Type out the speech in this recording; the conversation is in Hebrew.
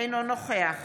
אינו נוכח